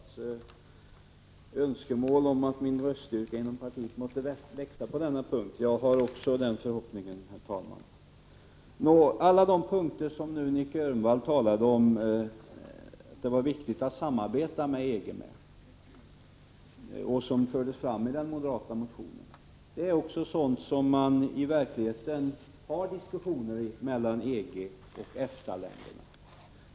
Herr talman! Jag tackar för Nic Grönvalls önskemål att min röststyrka inom partiet måtte växa på denna punkt. Också jag har den förhoppningen. På alla de punkter som fördes fram i den moderata motionen och där Nic Grönvall framhöll att det var viktigt att samarbeta med EG förekommer det i verkligheten diskussioner mellan EG och EFTA-länderna.